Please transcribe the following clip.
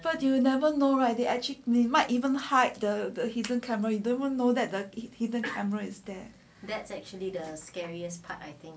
but you never know right they actually need might even hide the hidden camera you don't even know that the hidden camera is there